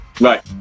Right